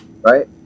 right